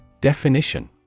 Definition